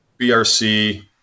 BRC